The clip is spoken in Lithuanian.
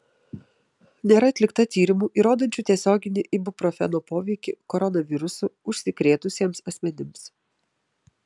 nėra atlikta tyrimų įrodančių tiesioginį ibuprofeno poveikį koronavirusu užsikrėtusiems asmenims